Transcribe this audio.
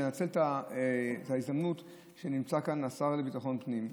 אני רוצה לנצל את ההזדמנות שנמצא כאן השר לביטחון הפנים,